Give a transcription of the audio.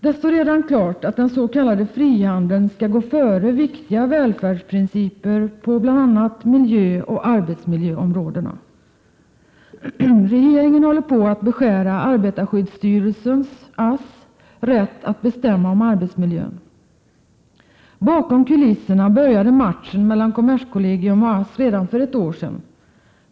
Det står redan klart att den s.k. frihandeln skall gå före viktiga välfärdsprinciper på bl.a. miljöoch arbetsmiljöområdena. Regeringen håller på att beskära arbetarskyddsstyrelsens rätt att bestämma om arbetsmiljön. Bakom kulisserna började matchen mellan kommerskollegium och ASS redan för ett år sedan.